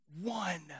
one